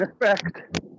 effect